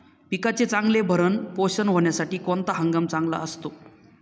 पिकाचे चांगले भरण पोषण होण्यासाठी कोणता हंगाम चांगला असतो?